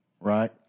right